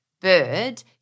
bird